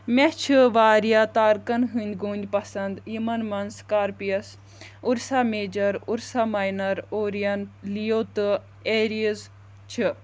مےٚ چھِ واریاہ تارکَن ہٕنٛدۍ گوٚنٛدۍ پَسَنٛد یِمَن منٛز Scorpius Ursa Major Ursa Minor Orion Leo تہٕ ایریٖز چھِ